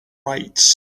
rights